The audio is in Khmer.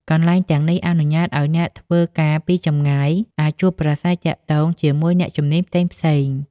កន្លែងទាំងនេះអនុញ្ញាតឱ្យអ្នកធ្វើការពីចម្ងាយអាចជួបប្រាស្រ័យទាក់ទងជាមួយអ្នកជំនាញផ្សេងទៀត។